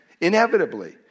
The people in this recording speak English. inevitably